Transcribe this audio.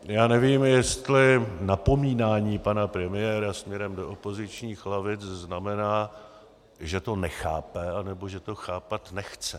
Já nevím, jestli napomínání pana premiéra směrem do opozičních lavic znamená, že to nechápe, anebo že to chápat nechce.